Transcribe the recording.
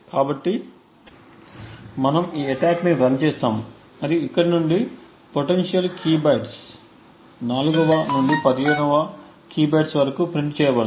కాబట్టి మనము ఈ attack ని రన్ చేస్తాము మరియు ఇక్కడ నుండి పొటెన్షియల్ కీ బైట్స్ 4వ నుండి 15వ కీ బైట్స్ వరకు ప్రింట్ చేయబడతాయి